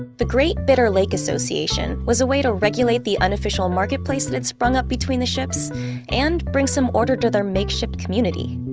the great bitter lake association was a way to regulate the unofficial marketplace that had sprung up between the ships and bring some order to their makeshift community.